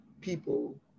people